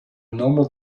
normal